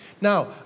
Now